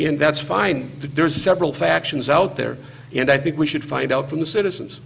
and that's fine but there's several factions out there and i think we should find out from the citizens